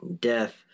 death